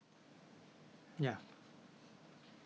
ya